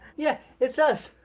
yeah, it's us.